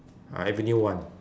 uh avenue one